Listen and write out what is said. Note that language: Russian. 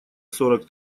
сорок